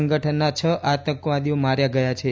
સંગઠનના છ આતંકવાદીઓ માર્યા ગયા છે